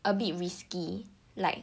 a bit risky like